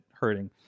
hurting